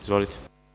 Izvolite.